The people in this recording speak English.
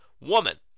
woman